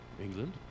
England